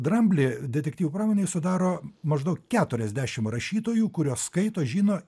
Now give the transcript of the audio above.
dramblį detektyvų pramonėje sudaro maždaug keturiasdešim rašytojų kuriuos skaito žino